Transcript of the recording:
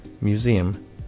Museum